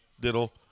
diddle